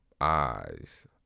eyes